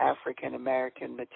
African-American